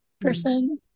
person